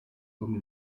come